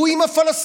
הוא עם הפלסטינים.